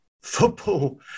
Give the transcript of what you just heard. football